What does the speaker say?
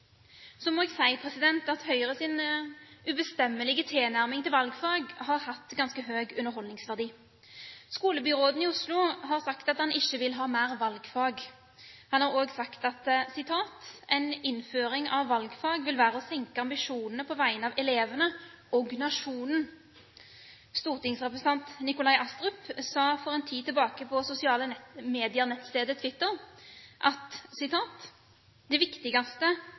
Så må jeg si at Høyres ubestemmelige tilnærming til valgfag har hatt ganske høy underholdningsverdi. Skolebyråden i Oslo har sagt at han ikke vil ha mer valgfag. Han har også sagt: «En innføring av nye valgfag vil være å senke ambisjonene på vegne av elevene og nasjonen.» Stortingsrepresentant Nikolai Astrup sa for en tid tilbake på sosiale medier – nettstedet Twitter: «Det viktigste